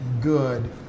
good